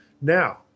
Now